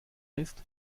ist